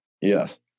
Yes